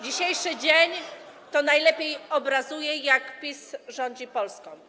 Dzisiejszy dzień najlepiej obrazuje, jak PiS rządzi Polską.